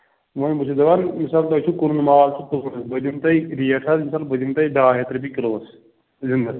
وۅنۍ بہٕ چھُس دَپان مِثال تۄہہِ چھُو کٕنُن مال چھُ تُہُنٛد حظ بہٕ دِمو تۅہہِ ریٹ حظ بہٕ دِمہٕ تۄہہِ ڈاے ہَتھ رۄپیہِ کِلوٗس زِنٛدَس